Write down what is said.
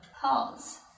pause